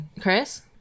Chris